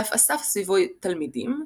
ואף אסף סביבו תלמידים,